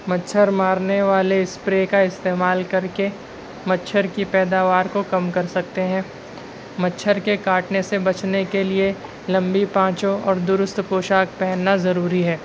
مچھر مارنے والے اسپرے کا استعمال کر کے مچھر کی پیداوار کو کم کر سکتے ہیں مچھر کے کاٹنے سے بچنے کے لیے لمبی پانچوں اور درست پوشاک پہننا ضروری ہے